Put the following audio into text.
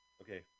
Okay